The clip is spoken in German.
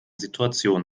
situation